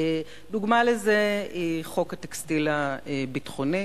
דוגמה לזה היא חוק הטקסטיל הביטחוני,